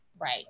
Right